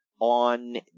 on